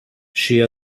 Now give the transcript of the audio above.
she